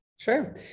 Sure